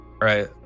Right